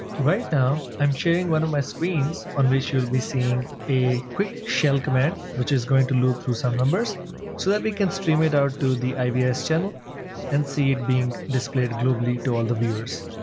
right now, i'm sharing one of my screens on which you will be seeing a quick shell command, which is going to look through some numbers so that we can stream it out to the ivs channel and see it being displayed globally to all the viewers.